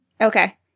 Okay